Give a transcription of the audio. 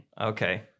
Okay